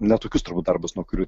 ne tokius turbūt darbus nuo kurių